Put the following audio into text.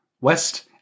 west